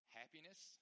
happiness